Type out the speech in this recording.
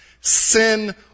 Sin